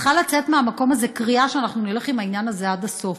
צריכה לצאת מהמקום הזה קריאה שאנחנו נלך עם העניין הזה עד הסוף,